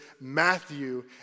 Matthew